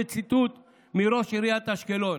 זה ציטוט מראש עיריית אשקלון.